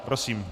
Prosím.